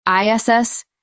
iss